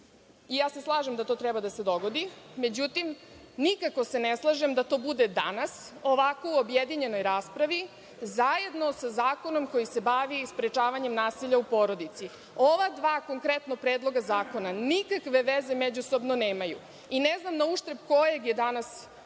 menjan. Slažem se da to treba da se dogodi. Međutim, nikako se ne slažem da to bude danas, ovako, u objedinjenoj raspravi zajedno sa zakonom koji se bavi sprečavanjem nasilja u porodici. Ova dva predloga zakona nikakve veze međusobno nemaju i ne znam na uštrb kojeg je danas zakona